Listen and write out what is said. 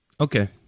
okay